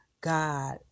God